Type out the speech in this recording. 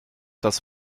das